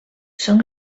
són